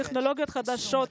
טכנולוגיות חדשות,